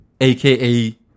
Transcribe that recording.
AKA